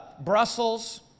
Brussels